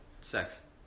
sex